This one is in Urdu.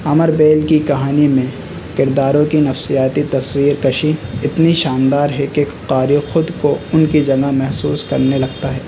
امربیل کی کہانی میں کرداروں کی نفسیاتی تصویر کشی اتنی شاندار ہے کہ قاری خود کو ان کی جگہ محسوس کرنے لگتا ہے